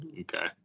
Okay